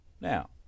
now